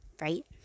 right